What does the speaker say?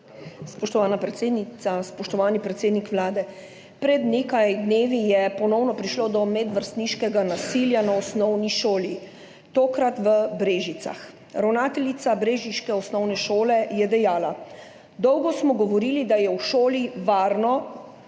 spoštovani predsednik Vlade! Pred nekaj dnevi je ponovno prišlo do medvrstniškega nasilja na osnovni šoli, tokrat v Brežicah. Ravnateljica brežiške osnovne šole je dejala: »Dolgo smo govorili, da je v šoli varno,